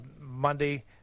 Monday